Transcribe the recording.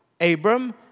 Abram